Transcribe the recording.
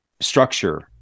structure